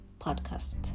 podcast